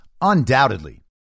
undoubtedly